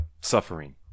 suffering